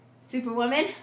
superwoman